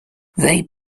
they